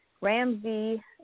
Ramsey